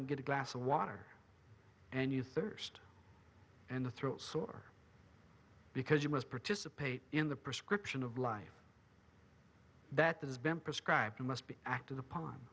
can get a glass of water and you thirst in the throat sore because you must participate in the prescription of life that has been prescribed and must be acted upon